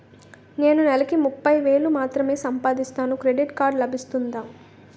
నేను నెల కి ముప్పై వేలు మాత్రమే సంపాదిస్తాను క్రెడిట్ కార్డ్ లభిస్తుందా?